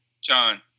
John